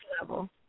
level